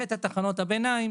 וגם את תחנות הביניים